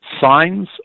signs